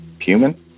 human